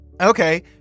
Okay